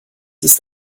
ist